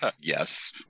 Yes